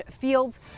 fields